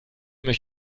mich